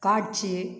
காட்சி